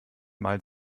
mal